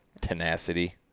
tenacity